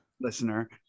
Listener